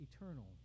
eternal